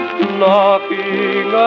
knocking